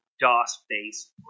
DOS-based